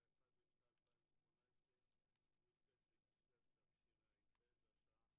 אני פותח את ישיבת ועדת העבודה,